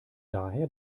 daher